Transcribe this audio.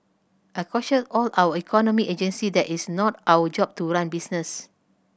I caution all our economic agency that it's not our job to run business